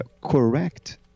correct